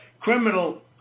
criminal